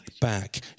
back